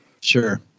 Sure